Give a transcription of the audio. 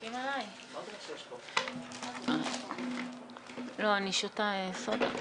אני מבקשת בדומה למה שביקשה עמליה,